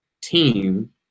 team